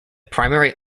primary